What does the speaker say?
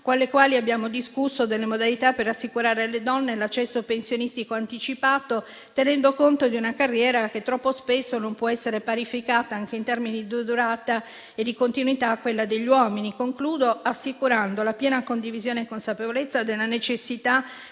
con le quali abbiamo discusso delle modalità per assicurare alle donne l'accesso pensionistico anticipato, tenendo conto di una carriera che troppo spesso non può essere parificata, anche in termini di durata e di continuità, a quella degli uomini. Concludo assicurando la piena condivisione e consapevolezza della necessità